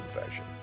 confession